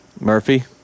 murphy